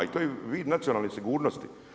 I to je vid nacionalne sigurnosti.